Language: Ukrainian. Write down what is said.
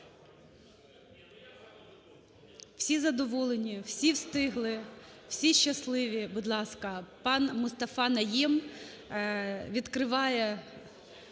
Всі задоволені? Всі встигли? Всі щасливі? Будь ласка, пан Мустафа Найєм відкриває.